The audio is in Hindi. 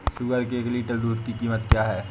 सुअर के एक लीटर दूध की कीमत क्या है?